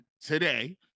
today